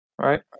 Right